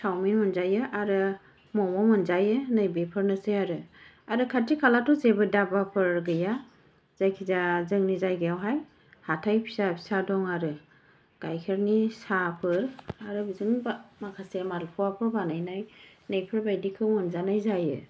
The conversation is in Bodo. चावमिन मोनजायो आरो मम' मोनजायो नै बेफोरनोसै आरो आरो खाथि खालाथ' जेबो दाबाफोर गैया जायखिजाया जोंनि जायगायावहाय हाथाइ फिसा फिसा दंआरो गाइखेरनि साहाफोर आरो बिदिनो माखासे मालफवाफोर बानायनाय आरो बेफोरबायदिखौ मोनजानाय जायो